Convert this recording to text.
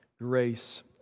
grace